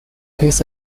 his